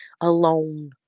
alone